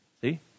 See